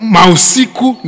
Mausiku